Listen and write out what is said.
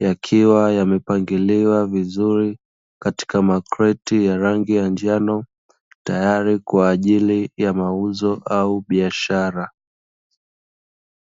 yakiwa yamepangiliwa vizuri katika makreti ya rangi ya njano tayari kwa ajili ya mauzo au biashara.